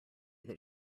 that